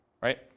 right